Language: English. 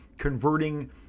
converting